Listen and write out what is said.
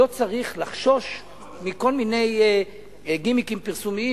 לא צריך לחשוש מכל מיני גימיקים פרסומיים